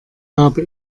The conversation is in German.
habe